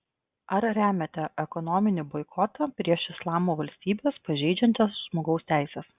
ar remiate ekonominį boikotą prieš islamo valstybes pažeidžiančias žmogaus teises